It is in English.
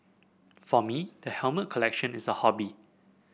for me the helmet collection is a hobby